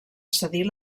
cedir